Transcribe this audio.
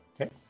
Okay